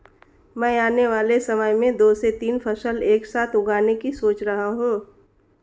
मैं आने वाले समय में दो से तीन फसल एक साथ उगाने की सोच रहा हूं